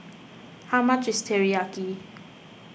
how much is Teriyaki